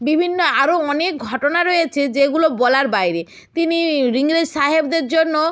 বিভিন্ন আরো অনেক ঘটনা রয়েছে যেগুলো বলার বাইরে তিনি ইংরেজ সাহেবদের জন্য